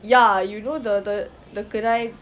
ya you know the the the kedai